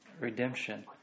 redemption